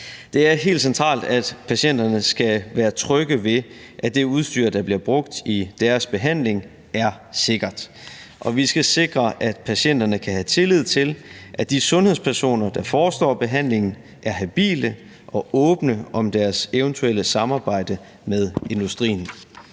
Det er helt centralt, at patienterne skal være trygge ved, at det udstyr, der bliver brugt i deres behandling, er sikkert, og vi skal sikre, at patienterne kan have tillid til, at de sundhedspersoner, der forestår behandlingen, er habile og åbne om deres eventuelle samarbejde med industrien.